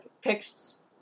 picks